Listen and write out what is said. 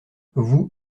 vous